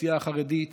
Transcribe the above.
האוכלוסייה החרדית